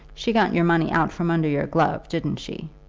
she got your money out from under your glove, didn't she?